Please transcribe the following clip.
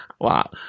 Wow